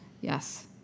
Yes